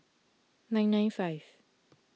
nine nine five